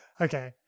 okay